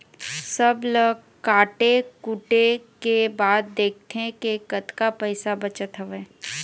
सब ल काटे कुटे के बाद देखथे के कतका पइसा बचत हवय